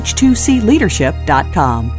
H2Cleadership.com